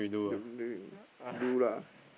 during you lah